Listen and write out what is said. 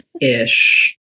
ish